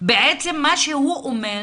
בעצם מה שהוא אומר,